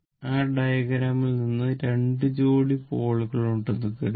ആ ഡയഗ്രാമിൽ നിങ്ങൾക്ക് 2 ജോഡി പോളുകളുണ്ടെന്ന് കരുതുക